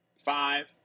Five